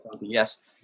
yes